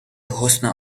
حسن